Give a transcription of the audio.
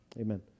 Amen